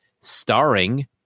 starring